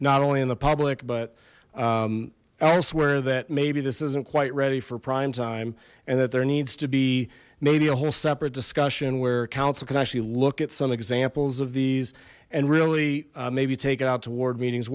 not only in the public but elsewhere that maybe this isn't quite ready for primetime and that there needs to be maybe a whole separate discussion where council could actually look at some examples of these and really maybe take it out to ward meetings